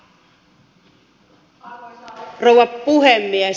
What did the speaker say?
arvoisa rouva puhemies